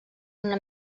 una